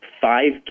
five